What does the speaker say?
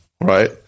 right